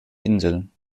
inseln